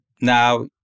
now